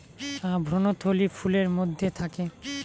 ভ্রূণথলি ফুলের মধ্যে থাকে